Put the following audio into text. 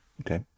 Okay